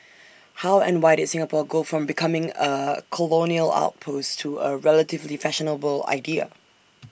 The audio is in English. how and why did Singapore go from becoming A colonial outpost to A relatively fashionable idea